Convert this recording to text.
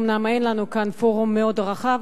אומנם אין לנו כאן פורום מאוד רחב,